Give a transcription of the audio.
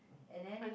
and then